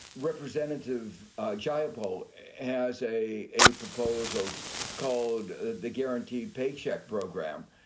representative jiah paul has a a proposal called the guaranteed paycheck program.